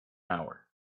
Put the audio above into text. hour